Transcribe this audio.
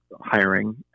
hiring